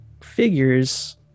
figures